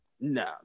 No